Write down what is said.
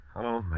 Hello